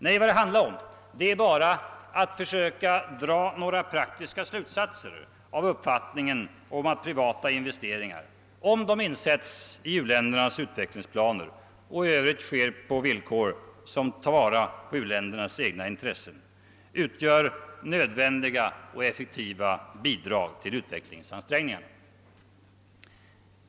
Nej, vad det handlar om är att söka dra några praktiska slutsatser av uppfattningen att privata investeringar, om de insätts i u-ländernas utvecklingsplaner och i övrigt sker på villkor som tar vara på u-ländernas egna intressen, utgör nödvändiga och effektiva bidrag till utvecklingsansträngningarna.